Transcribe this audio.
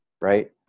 Right